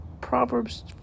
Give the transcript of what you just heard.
Proverbs